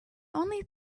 only